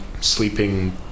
sleeping